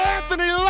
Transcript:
Anthony